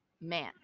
man